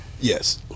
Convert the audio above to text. Yes